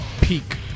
peak